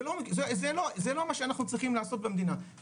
זה לא מה שאנחנו צריכים לעשות במדינה,